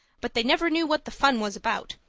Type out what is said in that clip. but they never knew what the fun was about.